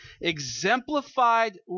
exemplified